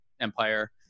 empire